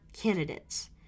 candidates